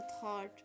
thought